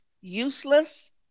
useless